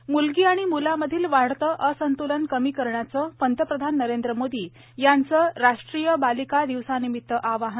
म्लगी आणि म्लामधील वाढतं असंत्लन कमी करण्याचं पंतप्रधान नरेंद्र मोदी यांचं राष्ट्रीय बालिका दिवसानिमित्त आवाहन